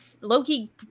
Loki